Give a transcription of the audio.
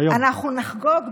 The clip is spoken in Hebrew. אנחנו נחגוג,